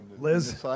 Liz